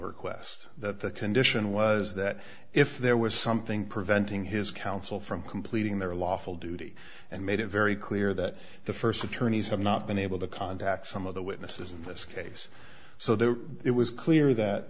request that the condition was that if there was something preventing his counsel from completing their lawful duty and made it very clear that the first attorneys had not been able to contact some of the witnesses in this case so that it was clear